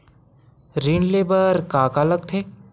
ऋण ले बर का का लगथे?